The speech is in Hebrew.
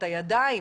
את הידיים,